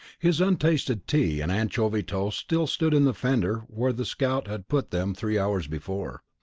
his untasted tea and anchovy toast still stood in the fender where the scout had put them three hours before.